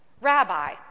Rabbi